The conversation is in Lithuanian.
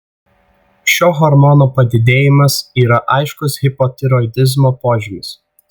šio hormono padidėjimas yra aiškus hipotiroidizmo požymis